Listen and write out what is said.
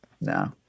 No